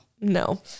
No